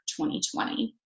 2020